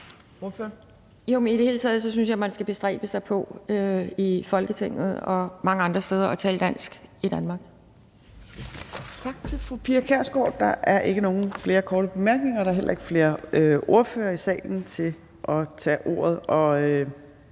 i det hele taget synes jeg, man skal bestræbe sig på i Folketinget og mange andre steder at tale dansk. Kl.